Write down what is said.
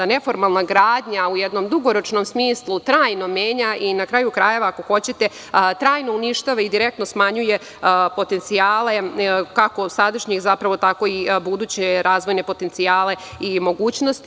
Neformalna gradnja u jednom dugoročnom smislu trajno menja i na kraju krajeva, trajno uništava i direktno smanjuje potencijale, kako sadašnje tako i buduće razvojne potencijale ili mogućnosti.